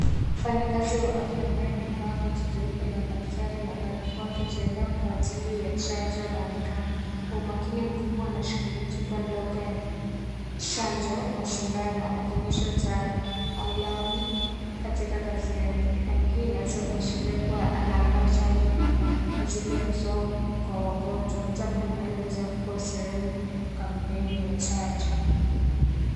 Mfanyakazi wa afya ambaye amevaa koti jeupe la daktari na barakoa akijiandaa kwa ajili ya chanjo anaonekana. Kwa umakini mkubwa anashikilia chupa ndogo ya chanjo na sindano akionyesha utaalamu katika kazi yake . Hali hii inaweza kuashiria kuwa anaandaa chanjo kwa ajili ya kutoa kwa wagonjwa jambo linaloweza kuwa sehemu ya kampeni ya chanjo.